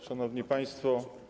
Szanowni Państwo!